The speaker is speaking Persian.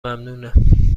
ممنونم